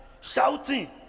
shouting